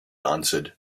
answered